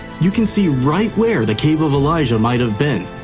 you can see right where the cave of elijah might have been.